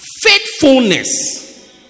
Faithfulness